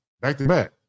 Back-to-back